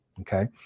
Okay